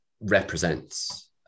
represents